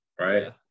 Right